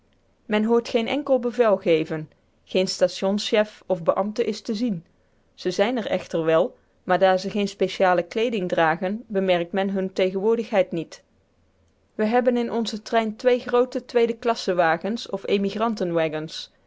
men hoort geen enkel bevel geven geen stationschef of beambte is te zien ze zijn er echter wel maar daar ze geen speciale kleeding dragen bemerkt men hunne tegenwoordigheid niet we hebben in onzen trein twee groote tweede klassewagens of